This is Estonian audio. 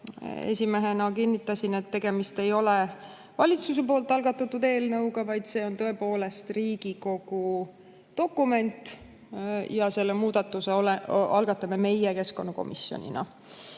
esimehena kinnitasin, et tegemist ei ole valitsuse algatatud eelnõuga, vaid see on tõepoolest Riigikogu dokument ja selle muudatuse algatame meie keskkonnakomisjonina.